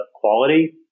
quality